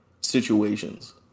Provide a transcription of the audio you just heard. situations